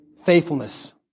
faithfulness